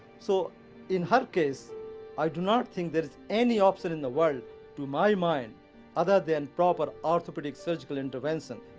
so in her case i do not think there is any option in the world to my mind other than proper orthopeadic surgical intervention.